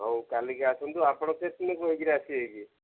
ହଉ କାଲିକି ଆସନ୍ତୁ ଆପଣ କେତେଦିନ କହିକିରି ଆସିବେ କି